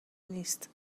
نیست